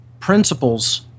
principles